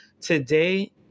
Today